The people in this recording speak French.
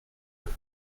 eux